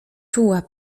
czuła